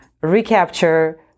recapture